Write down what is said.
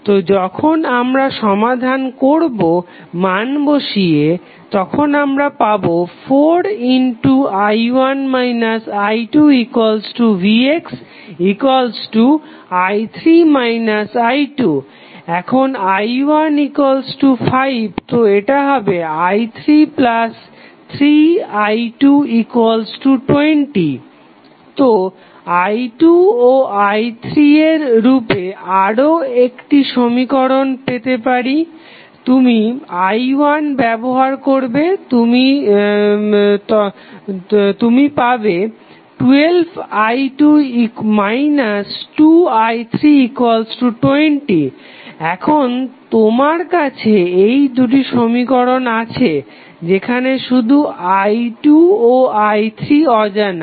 তো যখন আমরা সমাধান করবো মান বসিয়ে 4i1 i2vxi3 i2 এখন i15 তো এটা হবে i33i220 তো i2 ও i3 এর রূপে আরও একটি সমীকরণ পেতে তুমি i1 ব্যবহার করবে তখন তুমি পাবে 12i2 2i320 এখন তোমার কাছে এই দুটি সমীকরণ আছে যেখানে শুধু i2 ও i3 অজানা